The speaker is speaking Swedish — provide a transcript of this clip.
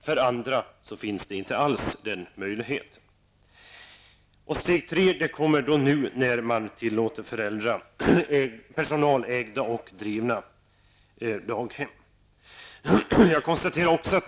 För andra finns inte alls denna möjlighet. Steg tre kommer nu när man tillåter daghem som ägs och drivs av personal.